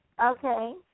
Okay